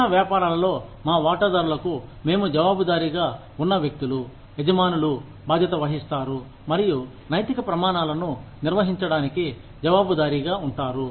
చిన్న వ్యాపారాలలో మా వాటాదారులకు మేము జవాబుదారీగా ఉన్న వ్యక్తులు యజమానులు బాధ్యతవహిస్తారు మరియు నైతిక ప్రమాణాలను నిర్వహించడానికి జవాబుదారిగా ఉంటారు